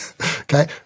Okay